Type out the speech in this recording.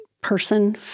person